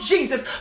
Jesus